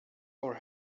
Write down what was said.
our